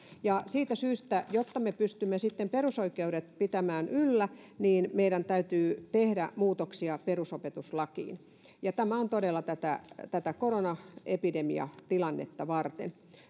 siitä syystä jotta me pystymme sitten perusoikeudet pitämään yllä meidän täytyy tehdä muutoksia perusopetuslakiin ja tämä on todella tätä tätä koronaepidemiatilannetta varten